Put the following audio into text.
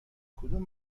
کدوم